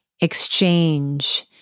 exchange